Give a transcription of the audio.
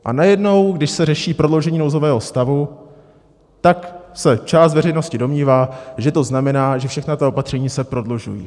A najednou, když se řeší prodloužení nouzového stavu, tak se část veřejnosti domnívá, že to znamená, že všechna ta opatření se prodlužují.